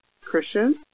Christian